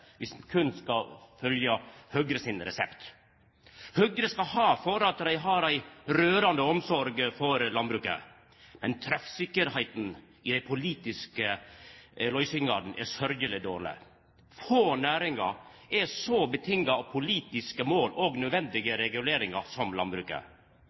viss vi berre skal følgja Høgre sin resept. Høgre skal ha for at dei har rørande omsorg for landbruket, men treffsikkerheita i dei politiske løysingane er sørgjeleg dårleg. Få næringar er så avhengige av politiske mål og